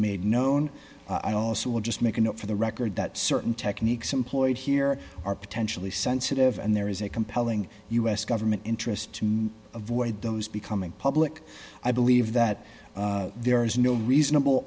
made known i also would just make a note for the record that certain techniques employed here are potentially sensitive and there is a compelling u s government interest to avoid those becoming public i believe that there is no reasonable